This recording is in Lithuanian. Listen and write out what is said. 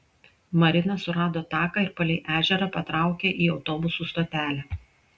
marina surado taką ir palei ežerą patraukė į autobusų stotelę